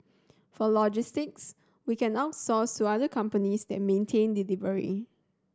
for logistics we can outsource to other companies that maintain delivery